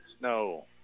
no